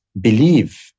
believe